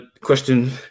question